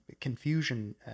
confusion